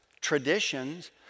traditions